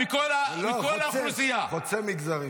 לא, חוצה מגזרים.